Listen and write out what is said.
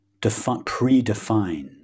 predefine